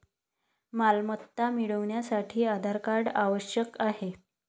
मालमत्ता मिळवण्यासाठी आधार कार्ड आवश्यक आहे